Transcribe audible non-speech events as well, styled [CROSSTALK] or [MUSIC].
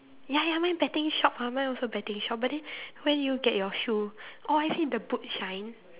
ya ya mine betting shop ah mine also betting shop but then when did you get your shoe or is it the boot shine [NOISE]